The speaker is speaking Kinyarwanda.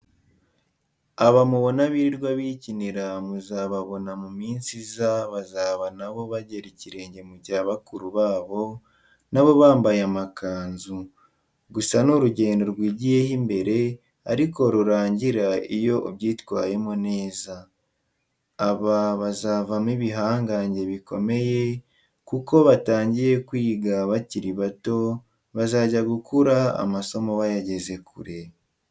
Aba mubona birirwa bikinira muzababona mu minsi iza bazaba na bo bagera ikirenge mu cya bakuru babo na bo bambaye amakanzu. Gusa ni urugendo rwigiyeho imbere ariko rurarangira iyo ubyitwayemo neza. Aba bazavamo ibihangage bikomeye kuko batangiye kwiga bakiri bato bazajya gukura amasomo bayageze kure.